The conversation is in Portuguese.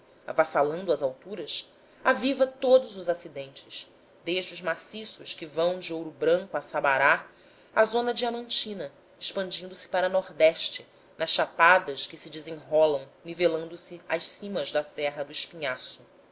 avassalando as alturas aviva todos os acidentes desde os maciços que vão de ouro branco a sabará à zona diamantina expandindo se para nordeste nas chapadas que se desenrolam nivelando se às cimas da serra do espinhaço